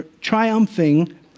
triumphing